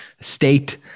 state